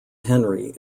henry